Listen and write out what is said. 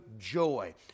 joy